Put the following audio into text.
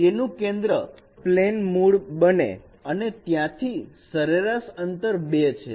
જેથી તેનું કેન્દ્ર પ્લેન મૂળ બને અને ત્યાંથી સરેરાશ અંતર 2 છે